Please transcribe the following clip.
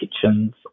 kitchens